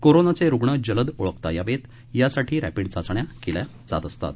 कोरोनाच्या रुग्ण जलद ओळखता यावे यासाठी रॅपिड चाचण्या केल्या जातात